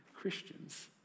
Christians